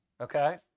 okay